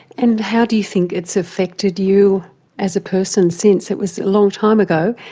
and how do you think it's affected you as a person since it was a long time ago,